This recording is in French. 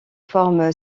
forme